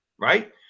Right